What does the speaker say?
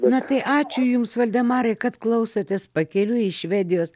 na tai ačiū jums valdemarai kad klausotės pakeliui iš švedijos